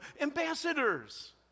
ambassadors